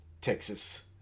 Texas